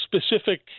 specific